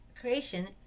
creation